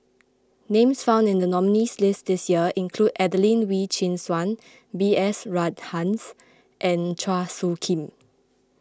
names found in the nominees' list this year include Adelene Wee Chin Suan B S Rajhans and Chua Soo Khim